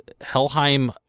helheim